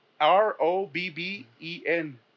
R-O-B-B-E-N